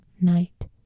night